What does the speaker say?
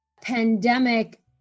pandemic